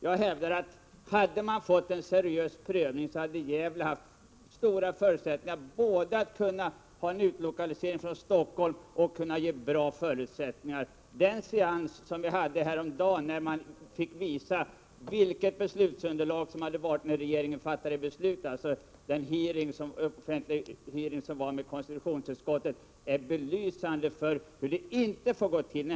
Jag hävdar: Hade det blivit en seriös prövning hade Gävle haft stora förutsättningar genom att ge både en utlokalisering från Stockholm och bra förhållanden för verkets funktion. Seansen häromdagen — när man fick visa vilket beslutsunderlag som hade funnits när regeringen fattade beslut, dvs. den hearing som konstitutionsutskottet ordnade — belyste hur det inte får gå till.